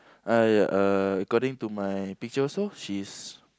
uh ya uh according to my picture also she's